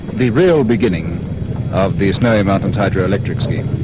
the real beginning of the snowy mountains hydroelectric scheme.